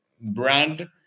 brand